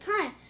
time